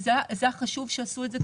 היה חשוב שעשו את זה,